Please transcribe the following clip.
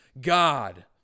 God